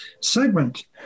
segment